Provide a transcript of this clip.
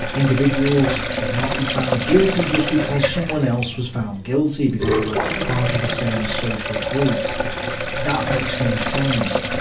individuals should not be found guilty just because someone else was found guilty because they were part of the same social group makes no sense.